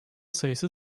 sayısı